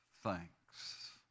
thanks